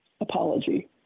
apology